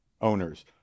owners